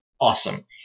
awesome